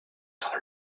dans